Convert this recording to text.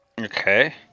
Okay